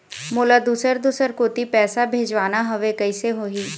मोला दुसर दूसर कोती पैसा भेजवाना हवे, कइसे होही?